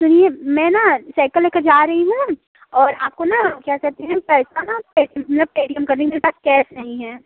सुनिए मैं न साइकल लेकर जा रही हूँ और आपको न क्या कहते हैं पैसा न मतलब पेटीएम कर देंगे मेरे पास कैस नहीं है